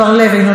אינו נוכח,